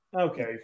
Okay